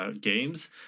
Games